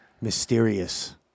mysterious